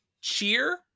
Cheer